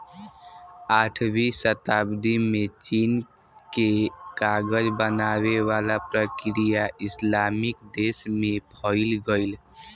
आठवीं सताब्दी में चीन के कागज बनावे वाला प्रक्रिया इस्लामिक देश में फईल गईल